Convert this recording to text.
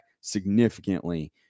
significantly